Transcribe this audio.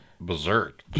berserk